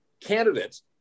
candidates